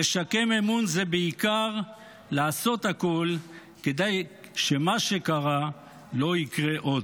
לשקם אמון זה בעיקר לעשות הכול כדי שמה שקרה לא יקרה עוד.